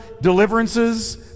deliverances